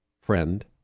friend